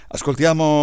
Ascoltiamo